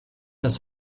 das